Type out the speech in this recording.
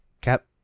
Cap